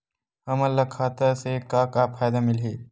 हमन ला खाता से का का फ़ायदा मिलही?